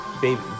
Baby